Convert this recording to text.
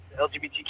LGBTQ